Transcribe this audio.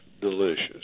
delicious